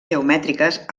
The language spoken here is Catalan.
geomètriques